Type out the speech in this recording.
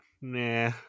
nah